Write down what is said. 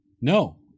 No